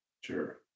Sure